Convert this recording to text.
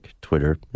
Twitter